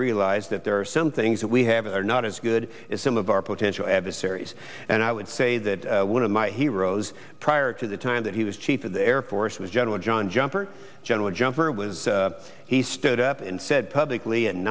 realize that there are some things that we have are not as good as some of our potential adversaries and i would say that one of my heroes prior to the time that he was chief of the air force was general john jumper general jumper was he stood up and said publicly